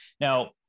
Now